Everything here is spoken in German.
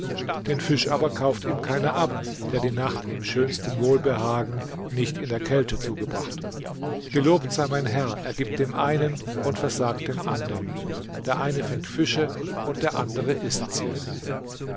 den fisch aber kauft ihm keiner ab der die nacht im schönsten wohlbehagen nicht in der kälte zugebracht gelobt sei mein herr er gibt dem einen und versagt dem andern der eine fängt fische und der andere ißt sie